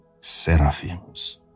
seraphims